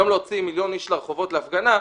היום להוציא מיליון איש לרחובות להפגנה,